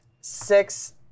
Six